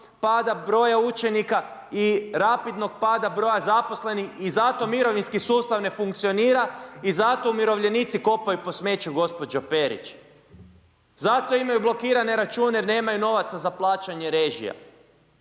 pada broja učenika i rapidnog pada broja zaposlenih i zato mirovinski sustav ne funkcionira i zato umirovljenici kopaju po smeću gospođo Perić. Zato imaju blokirane račune jer nemaju novaca za plaćanje režija.